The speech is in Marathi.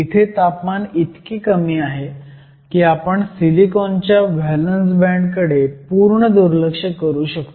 इथे तापमान इतके कमी आहे की आपण सिलिकॉनच्या व्हॅलंस बँड कडे पूर्ण दुर्लक्ष करू शकतो